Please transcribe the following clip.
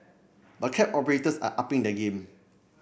but cab operators are upping their game